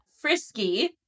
Frisky